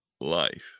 life